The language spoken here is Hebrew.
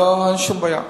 אין שום בעיה.